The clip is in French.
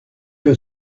que